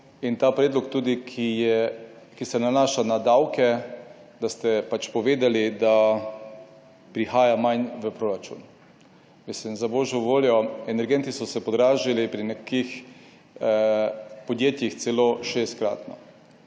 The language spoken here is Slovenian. in ta predlog tudi, ki je, ki se nanaša na davke, da ste pač povedali, da prihaja manj v proračun. Mislim, za božjo voljo, energenti so se podražili pri nekih podjetjih celo šestkratno.